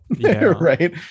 Right